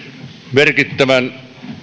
merkittävän